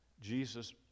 Jesus